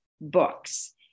books